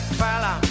fella